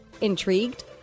Intrigued